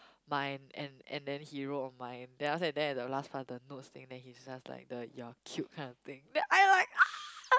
mine and and then he wrote on my then after that then at the last part the notes thing then he's just like the you're cute kind of thing then I like ah